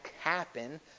happen